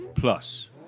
Plus